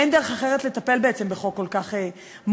שאין דרך אחרת לטפל בעצם בחוק כל כך מורכב,